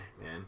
man